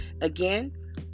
Again